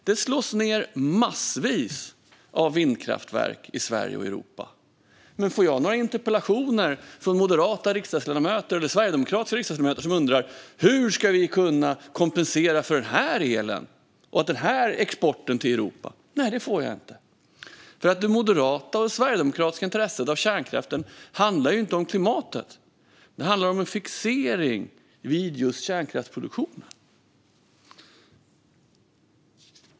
Det rivs massor av vindkraftverk i Sverige och Europa, men får jag interpellationer från moderata och sverigedemokratiska riksdagsledamöter som undrar hur vi ska kunna kompensera för den elen och den exporten till Europa? Nej, det får jag inte, för det moderata och sverigedemokratiska intresset för kärnkraften handlar inte om klimatet utan om en fixering vid just kärnkraftsproduktionen.